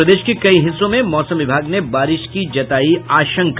और प्रदेश के कई हिस्सों में मौसम विभाग ने बारिश की जतायी है आशंका